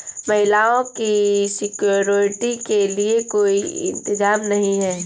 महिलाओं की सिक्योरिटी के लिए कोई इंतजाम नहीं है